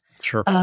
Sure